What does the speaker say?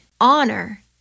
honor